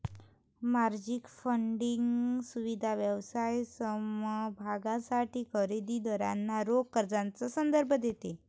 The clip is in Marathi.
मार्जिन फंडिंग सुविधा व्यवसाय समभागांसाठी खरेदी दारांना रोख कर्जाचा संदर्भ देते